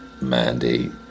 Mandy